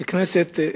ככנסת,